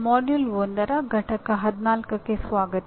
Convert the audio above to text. ಪಠ್ಯಕ್ರಮ 1 ರ ಪಠ್ಯ 14 ಕ್ಕೆ ಸ್ವಾಗತ